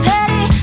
Petty